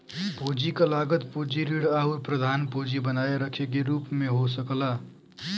पूंजी क लागत पूंजी ऋण आउर प्रधान पूंजी बनाए रखे के रूप में हो सकला